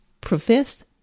professed